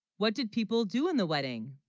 what did people do in the wedding?